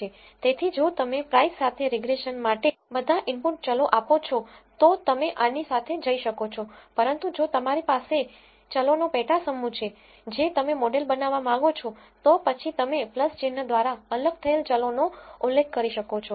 તેથી જો તમે price સાથે રીગ્રેસન માટે બધા ઇનપુટ ચલો આપો છો તો તમે આની સાથે જઇ શકો છો પરંતુ જો તમારી પાસે ચલોનો પેટા સમૂહ છે જે તમે મોડેલ બનાવવા માંગો છો તો પછી તમે ચિહ્ન દ્વારા અલગ થયેલ ચલોનો ઉલ્લેખ કરી શકો છો